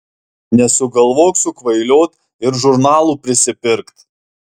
nesugalvok sukvailiot ir žurnalų prisipirkt